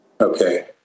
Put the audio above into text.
Okay